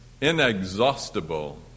Inexhaustible